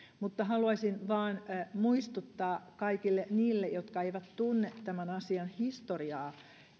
mutta haluaisin vain muistuttaa kaikille niille jotka eivät tunne tämän asian historiaa